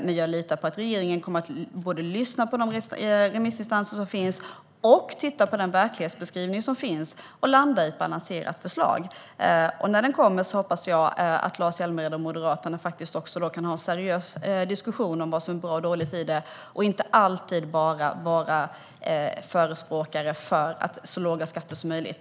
Men jag litar på att regeringen kommer att lyssna på de remissinstanser som finns och titta på den verklighetsbeskrivning som finns och landa i ett balanserat förslag. När det kommer hoppas jag att Lars Hjälmered och Moderaterna kan ha en seriös diskussion om vad som är bra och dåligt i det och inte alltid bara vara förespråkare för så låga skatter som möjligt.